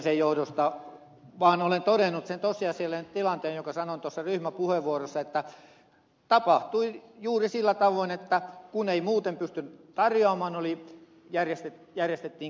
sen johdosta olen vaan todennut sen tosiasiallisen tilanteen jonka sanoin tuossa ryhmäpuheenvuorossa että tapahtui juuri sillä tavoin että kun ei muuten pystytty tarjoamaan järjestettiin kilpailutus